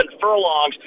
furlongs